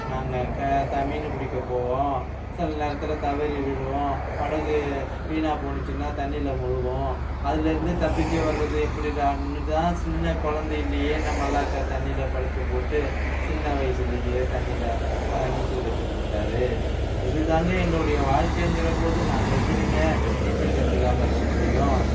நாங்கள் கா தா மீன் பிடிக்க போவோம் சில நேரத்தில் தவறி விழுவோம் படகு வீணாக போனுச்சின்னால் தண்ணியில முழுகும் அதிலிருந்து தப்பிச்சு வர்றது எப்படிடானு தான் சின்னக் குழந்தையிலயே என்னை மல்லாக்க தண்ணில படுக்கப் போட்டு சின்ன வயசிலையே தண்ணியில நீச்சல் கற்றுக் கொடுத்தாரு இதுதாங்க எங்களுடைய வாழ்க்கைங்கிற போது நாங்கள் எப்படிங்க நீச்சல் கத்துக்காமல் இருக்க முடியும்